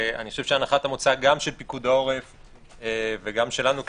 הנחת המוצא גם של פיקוד העורף וגם שלנו כממשלה,